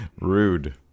Rude